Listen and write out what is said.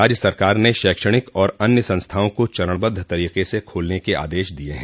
राज्य सरकार ने शैक्षणिक और अन्य संस्थाओं को चरणबद्ध तरीक से खोलने के आदश दिये हैं